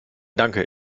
danke